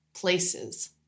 places